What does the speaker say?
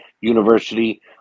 University